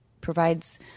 provides